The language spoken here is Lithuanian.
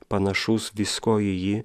panašus viskuo į jį